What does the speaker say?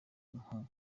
impu